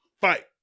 Fight